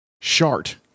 Shart